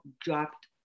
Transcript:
dropped